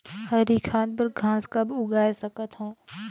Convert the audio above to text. हरी खाद बर घास कब उगाय सकत हो?